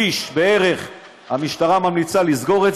שליש בערך המשטרה ממליצה לסגור,